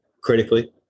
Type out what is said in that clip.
critically